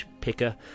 picker